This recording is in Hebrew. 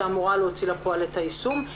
שאמור להוציא לפועל את היישום.